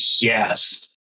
yes